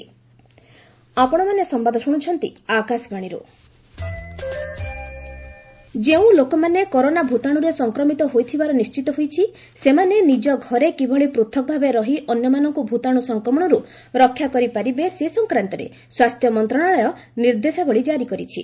health advisory ଯେଉଁ ଲୋକମାନେ corona ଭୂତାଶୁରେ ସଂକ୍ରମିତ ହୋଇଥିବାର ନିର୍ଣିତ ହୋଇଛି ସେମାନେ ନିଜ ଘରେ କିଭଳି ପୂଥକ ଭାବେ ରହି ଅନ୍ୟମାନଙ୍କ ଭୂତାଣ୍ର ସଂକ୍ରମଣର୍ତ ରକ୍ଷା କରିପାରିବେ ସେ ସଂକ୍ରାନ୍ତରେ ସ୍ୱାସ୍ଥ୍ୟ ମନ୍ତ୍ରଣାଳୟ ନିର୍ଦ୍ଦେଶାବଳୀ ଜାରି କରିଛି